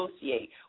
associate